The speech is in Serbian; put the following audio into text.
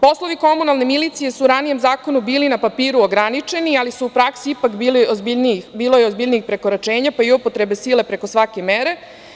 Poslovi komunalne milicije su u ranijem zakonu bili na papiru ograničeni, ali su u praksi ipak bili ozbiljniji, bilo je ozbiljnijih prekoračenja pa i upotrebe sile preko svake mere.